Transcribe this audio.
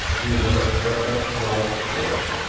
neither better nor worse